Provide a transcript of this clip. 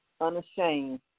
unashamed